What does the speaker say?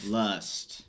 lust